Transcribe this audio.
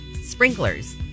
sprinklers